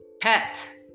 pet